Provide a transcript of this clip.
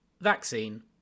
Vaccine